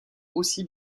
aussi